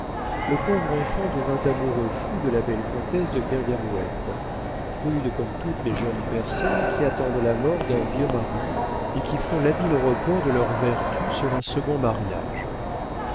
le pauvre enfant devint amoureux fou de la belle comtesse de kergarouët prude comme toutes les jeunes personnes qui attendent la mort d'un vieux mari et qui font l'habile report de leur vertu sur un second mariage